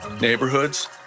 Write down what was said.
neighborhoods